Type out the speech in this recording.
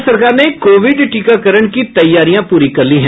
बिहार सरकार ने कोविड टीकाकरण की तैयारियां पूरी कर ली हैं